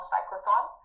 Cyclothon